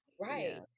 Right